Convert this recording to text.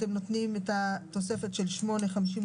אתם נותנים את התוספת של 8.52%